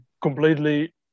completely